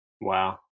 wow